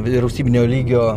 vyrausybinio lygio